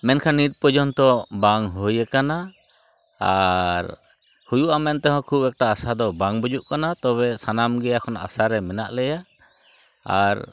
ᱢᱮᱱᱠᱷᱟᱱ ᱱᱤᱛ ᱯᱚᱨᱡᱚᱱᱛᱚ ᱵᱟᱝᱦᱩᱭ ᱠᱟᱱᱟ ᱟᱨ ᱦᱩᱭᱩᱜᱼᱟ ᱢᱮᱱᱛᱮᱦᱚᱸ ᱠᱷᱩᱵ ᱮᱠᱴᱟ ᱟᱥᱟ ᱫᱚ ᱵᱟᱝ ᱵᱩᱡᱚᱜ ᱠᱟᱱᱟ ᱛᱚᱵᱮ ᱥᱟᱱᱟᱢᱜᱮ ᱮᱠᱷᱚᱱ ᱟᱥᱟᱨᱮ ᱢᱮᱱᱟᱜ ᱞᱮᱭᱟ ᱟᱨ